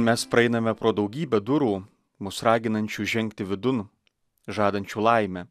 mes praeiname pro daugybę durų mus raginančių žengti vidun žadančių laimę